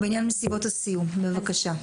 בעניין מסיבות הסיום בבקשה.